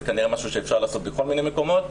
זה כנראה משהו שאפשר לעשות בכל מיני מקומות,